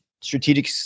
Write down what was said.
strategic